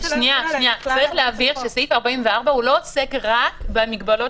צריך להבהיר שסעיף 44 לא עוסק רק במגבלות